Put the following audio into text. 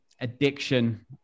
addiction